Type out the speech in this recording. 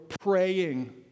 praying